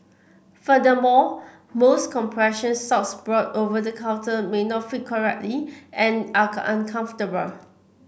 furthermore most compression socks bought over the counter may not fit correctly and are uncomfortable